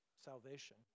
salvation